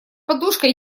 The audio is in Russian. подушкой